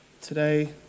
Today